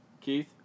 Keith